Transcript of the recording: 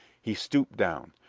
he stooped down.